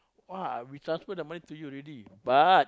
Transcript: !wah! we transfer the money to you already but